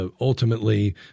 ultimately